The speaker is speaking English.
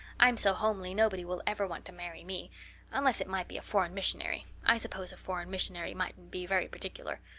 i'm so homely nobody will ever want to marry me unless it might be a foreign missionary. i suppose a foreign missionary mightn't be very particular.